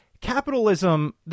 Capitalism